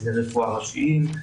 קציני רפואה ראשיים,